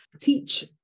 teach